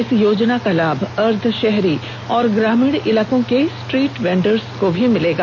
इस योजना का लाभ अर्धशहरी और ग्रामीण इलाकों के स्ट्रीट र्वेडरों को भी मिलेगा